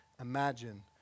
imagine